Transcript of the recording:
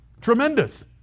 Tremendous